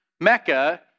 Mecca